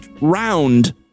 round